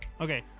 Okay